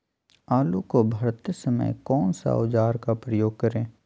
आलू को भरते समय कौन सा औजार का प्रयोग करें?